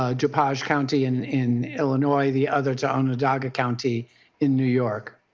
ah dupage county and in illinois, the other to onondaga county in new york.